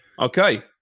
Okay